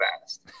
fast